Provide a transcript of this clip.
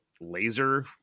laser